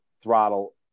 throttle